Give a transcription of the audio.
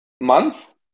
months